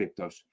cryptos